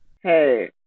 Hey